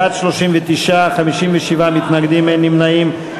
בעד, 39, 57 מתנגדים, אין נמנעים.